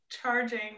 Charging